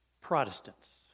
Protestants